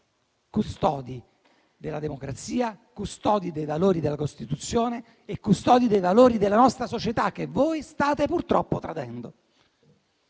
custodi della democrazia, custodi dei valori della Costituzione e custodi dei valori della nostra società, che voi state purtroppo tradendo.